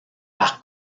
par